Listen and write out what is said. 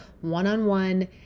one-on-one